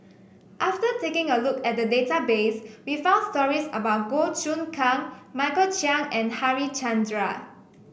after taking a look at the database we found stories about Goh Choon Kang Michael Chiang and Harichandra